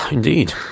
Indeed